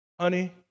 Honey